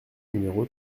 numéro